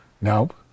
Nope